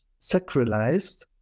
sacralized